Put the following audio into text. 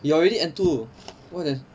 you're already N two more than